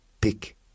pick